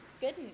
good